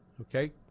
Okay